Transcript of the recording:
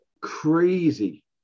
crazy